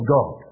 God